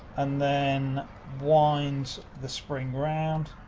and then wind the spring round.